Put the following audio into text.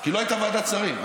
כי לא הייתה ועדת שרים.